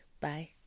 Bye